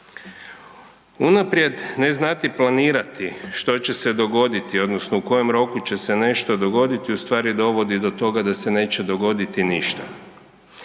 Unaprijed ne znati planirati što će se dogoditi odnosno u kojem roku će se nešto dogoditi ustvari dovodi do toga da se neće dogoditi ništa.